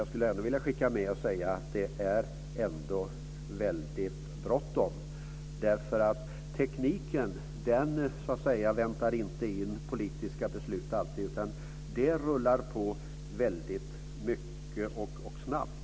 Jag skulle ändå vilja skicka med henne att det är väldigt bråttom. Tekniken väntar inte alltid in politiska beslut, utan den rullar på väldigt snabbt.